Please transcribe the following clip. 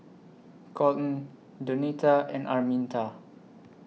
Kolten Donita and Araminta